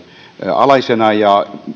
alaisena ja